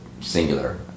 singular